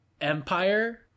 empire